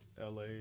LA